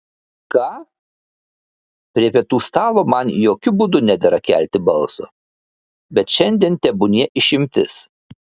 ką prie pietų stalo man jokiu būdu nedera kelti balso bet šiandien tebūnie išimtis